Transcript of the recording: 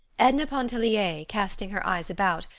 edna pontellier, casting her eyes about,